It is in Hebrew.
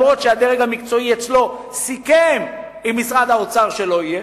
אף-על-פי שהדרג המקצועי אצלו סיכם עם משרד האוצר שלא יהיה.